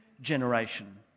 generation